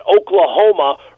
Oklahoma